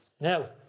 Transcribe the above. now